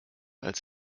als